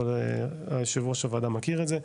אבל היושב ראש הוועדה מכיר את זה,